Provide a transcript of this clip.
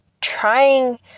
trying